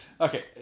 Okay